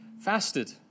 fasted